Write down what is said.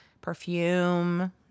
perfume